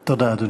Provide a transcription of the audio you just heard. תודה, אדוני.